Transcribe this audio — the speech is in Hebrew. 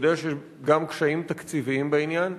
אני יודע שיש גם קשיים תקציביים בעניין.